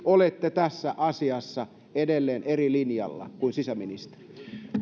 olette tässä asiassa edelleen eri linjalla kuin sisäministeri